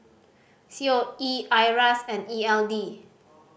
C O E IRAS and E L D